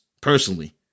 personally